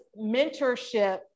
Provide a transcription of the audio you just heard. mentorship